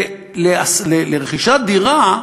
ולרכישת דירה,